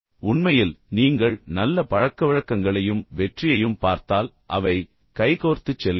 உண்மையில் நீங்கள் நல்ல பழக்கவழக்கங்களையும் வெற்றியையும் பார்த்தால் அவை கைகோர்த்துச் செல்கின்றன